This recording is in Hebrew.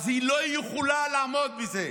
היא לא יכולה לעמוד בזה.